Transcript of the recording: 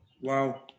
Wow